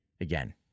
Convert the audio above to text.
again